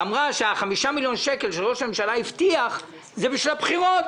שה-5 מיליון שקל שראש הממשלה הבטיח זה בשביל הבחירות.